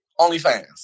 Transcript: OnlyFans